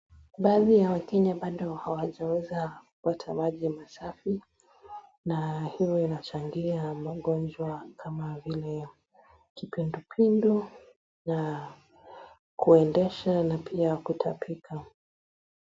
Baadhi ya wakenya bado hawajaweza kupata maji masafi na hivyo inachangia magonjwa kama vile kipindupindu na kuendesha na pia kutapika.